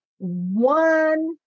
one